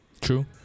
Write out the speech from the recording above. True